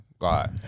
right